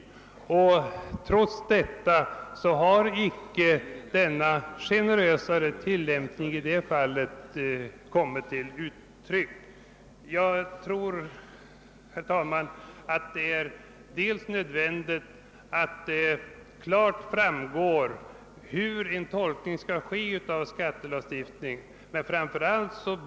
Trots detta har icke den generösare tillämpningen medgivits i detta fall. Jag anser, herr talman, att det bör klart framgå hur en tolkning av skattelagstiftningen skall ske.